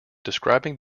describing